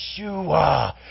Yeshua